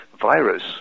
virus